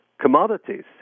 commodities